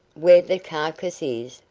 where the carcase is,